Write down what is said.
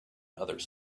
others